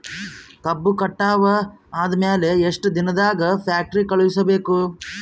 ಕಬ್ಬು ಕಟಾವ ಆದ ಮ್ಯಾಲೆ ಎಷ್ಟು ದಿನದಾಗ ಫ್ಯಾಕ್ಟರಿ ಕಳುಹಿಸಬೇಕು?